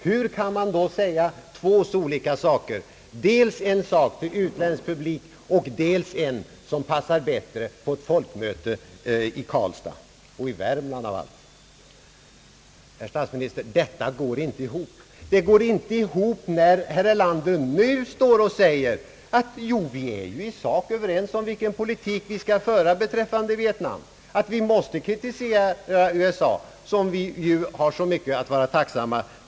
Hur kan man då säga två så olika saker, dels en sak till utländsk publik, och dels en annan som passar bättre på ett folkmöte i Karlstad — och i Värmland av allt? Det går inte ihop, när herr Erlander nu står och säger: Vi är ju i sak överens om vilken politik vi skall föra beträffande Vietnam och om att vi måste kritisera USA, som vi har att tacka för så mycket.